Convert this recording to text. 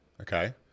Okay